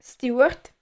Stewart